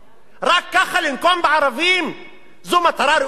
רק ככה, לנקום בערבים זו מטרה ראויה?